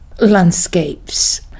landscapes